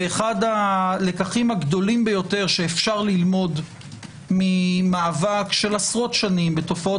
ואחד הלקחים הגדולים ביותר שאפשר ללמוד ממאבק של עשרות שנים בתופעות